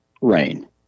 rain